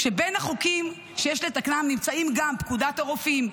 כשבין החוקים שיש לתקנם נמצאים גם פקודת הרופאים,